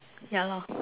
ya lor